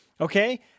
Okay